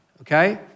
okay